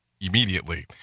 Immediately